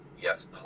Yes